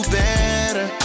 better